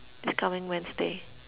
this coming Wednesday